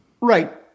right